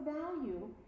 value